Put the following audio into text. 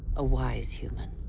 a wise human.